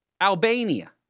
Albania